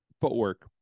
Footwork